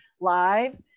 live